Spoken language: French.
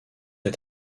est